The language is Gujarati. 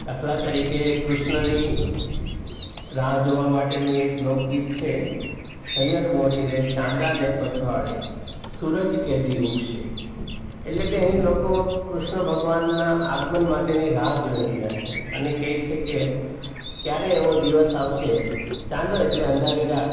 દાખલા તરીકે કૃષ્ણની રાહ જોવા માટેનું એક લોકગીત છે સૈયર મોરી રે ચાંદાને પછવાડે સૂરજ કે દી ઊગશે એટલે કે અહીં લોકો કૃષ્ણ ભગવાનના આગમન માટેની રાહ જોઈ રહ્યા છે અને કહે છે કે ક્યારે એવો દિવસ આવશે ચાંદો એટલે અંધારી રાત